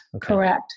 Correct